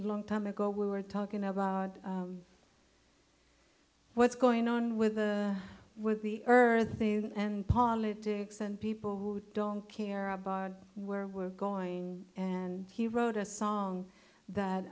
long time ago we were talking about what's going on with the with the earth and politics and people care about where we're going and he wrote a song that